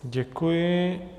Děkuji.